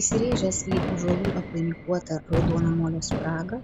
įsirėžęs į ąžuolų apvainikuotą raudono molio spragą